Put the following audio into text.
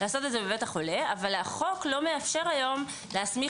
בבית החולה אבל החוק לא מאפשר היום להסמיך